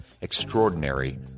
Extraordinary